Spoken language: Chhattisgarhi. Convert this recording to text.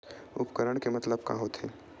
उपकरण के मतलब का होथे?